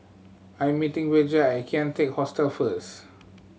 I'm meeting Virgia at Kian Teck Hostel first